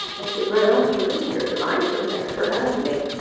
thank you very much for being here tonight, and thanks for having me.